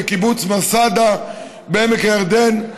בקיבוץ מסדה בעמק הירדן,